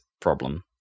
problem